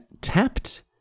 tapped